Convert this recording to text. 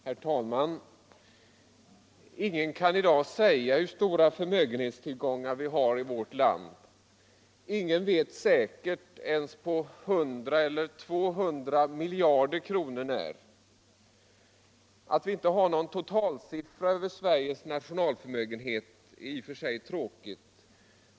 Herr talman! Ingen kan i dag säga hur stora förmögenhetstillgångar vi har i vårt land. Ingen vet säkert ens på 100 eller 200 miljarder kronor när. Att vi inte har någon totalsiffra över Sveriges nationalförmögenhet är i och för sig tråkigt.